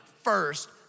first